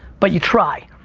but you try.